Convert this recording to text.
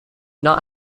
not